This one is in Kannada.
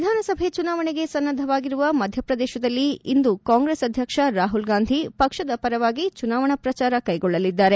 ವಿಧಾನಸಭೆ ಚುನಾವಣೆಗೆ ಸನ್ನದ್ದವಾಗಿರುವ ಮಧ್ವಪ್ರದೇತದಲ್ಲಿ ಇಂದು ಕಾಂಗ್ರೆಸ್ ಅಧ್ವಕ್ಷ ರಾಹುಲ್ ಗಾಂಧಿ ಪಕ್ಷದ ಪರವಾಗಿ ಚುನಾವಣಾ ಪ್ರಚಾರ ಕೈಗೊಳ್ಳಲಿದ್ದಾರೆ